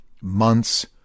months